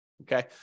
Okay